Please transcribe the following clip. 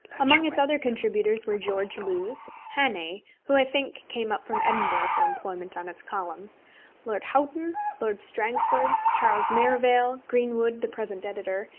among its other contributors were george lewes, hannay who, i think, came up from edinburgh for employment on its columns lord houghton, lord strangford, charles merivale, greenwood the present editor,